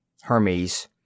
Hermes